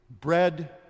bread